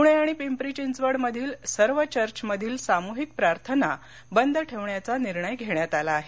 पृणे आणि पिंपरी चिंचवड मधील सर्व चर्चमधील सामुहिक प्रार्थना बंद ठेवण्याचा निर्णय घेण्यात आला आहे